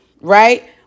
right